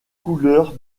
couleurs